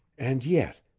and yet,